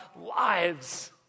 lives